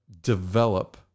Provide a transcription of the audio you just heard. develop